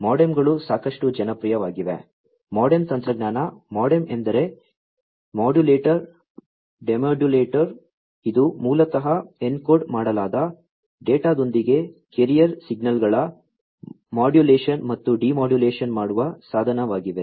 MODEM ಗಳು ಸಾಕಷ್ಟು ಜನಪ್ರಿಯವಾಗಿವೆ MODEM ತಂತ್ರಜ್ಞಾನ MODEM ಎಂದರೆ ಮಾಡ್ಯುಲೇಟರ್ ಡೆಮೊಡ್ಯುಲೇಟರ್ ಇದು ಮೂಲತಃ ಎನ್ಕೋಡ್ ಮಾಡಲಾದ ಡೇಟಾದೊಂದಿಗೆ ಕ್ಯಾರಿಯರ್ ಸಿಗ್ನಲ್ಗಳ ಮಾಡ್ಯುಲೇಶನ್ ಮತ್ತು ಡಿಮೋಡ್ಯುಲೇಶನ್ ಮಾಡುವ ಸಾಧನವಾಗಿದೆ